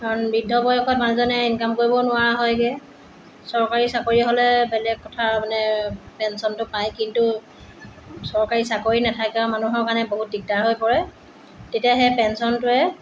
কাৰণ বৃদ্ধ বয়সত মানুহজনে ইনকাম কৰিবও নোৱাৰা হৈগৈ চৰকাৰী চাকৰি হ'লে বেলেগ কথা মানে পেঞ্চনটো পায় কিন্তু চৰকাৰী চাকৰি নথকা মানুহৰ কাৰণে বহুত দিগদাৰ হৈ পৰে তেতিয়া সেই পেঞ্চনটোৱে